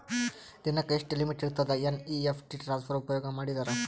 ದಿನಕ್ಕ ಎಷ್ಟ ಲಿಮಿಟ್ ಇರತದ ಎನ್.ಇ.ಎಫ್.ಟಿ ಟ್ರಾನ್ಸಫರ್ ಉಪಯೋಗ ಮಾಡಿದರ?